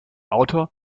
autor